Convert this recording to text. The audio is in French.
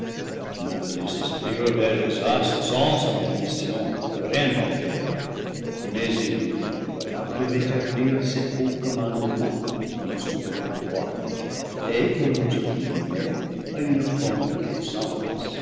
non que les esprits rebelles osassent sans sa permission rien tenter mais il nous envoya pour établir ses hauts commande ments comme souverain roi et pour nous accoutumer à une prompte